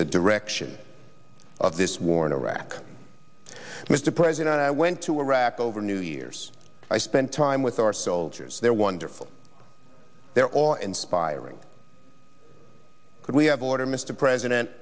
the direction of this war in iraq mr president i went to iraq over new years i spent time with our soldiers they're wonderful they're all and spiraling could we have order mr president